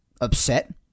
upset